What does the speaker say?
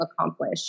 accomplish